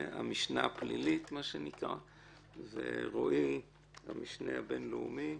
המשנה הפלילית, ורועי, המשנה הבינלאומי.